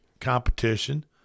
competition –